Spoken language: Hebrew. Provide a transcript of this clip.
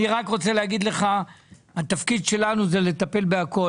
אני רק רוצה להגיד לך, התפקיד שלנו זה לטפל בכל.